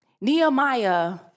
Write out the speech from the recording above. Nehemiah